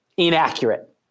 inaccurate